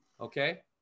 Okay